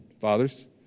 fathers